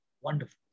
Wonderful